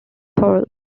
pearl